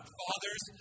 fathers